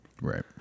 Right